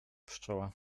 pszczoła